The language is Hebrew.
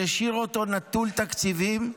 שהשאיר אותו נטול תקציבים,